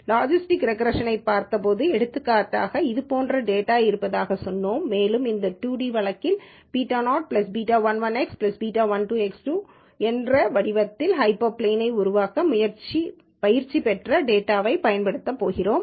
logistic ரெக்ரேஷனை ப் பார்த்தபோது எடுத்துக்காட்டாக இது போன்ற டேட்டாஇருப்பதாகச் சொன்னோம் மேலும் இந்த 2 d வழக்கில் β0 β11 எக்ஸ்1 β12 எக்ஸ்2 என்ற வடிவத்தின் ஹைப்பர் பிளேனை உருவாக்க பயிற்சி பெற்ற டேட்டாவைப் பயன்படுத்தப் போகிறோம்